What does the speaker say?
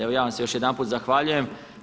Evo ja vam se još jedanput zahvaljujem.